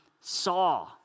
saw